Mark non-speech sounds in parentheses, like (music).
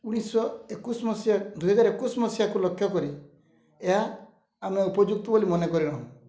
ଉଣେଇଶି ଶହ ଏକୋଇଶି ମସିହା ଦୁଇ ହଜାର ଏକୋଇଶି ମସିହାକୁ ଲକ୍ଷ୍ୟ କରି ଏହା ଆମେ ଉପଯୁକ୍ତ (unintelligible) ମନେକରି ନାହୁଁ